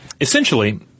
Essentially